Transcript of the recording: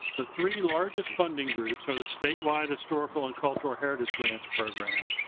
the three largest funding groups are the statewide historical and cultural heritage grants program